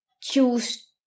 choose